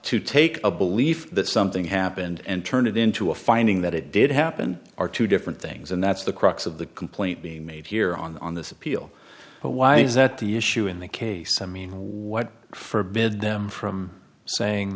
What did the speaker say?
to take a belief that something happened and turn it into a finding that it did happen are two different things and that's the crux of the complaint being made here on this appeal why is that the issue in the case i mean what for bid them from saying